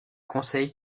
conseil